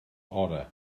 orau